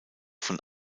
von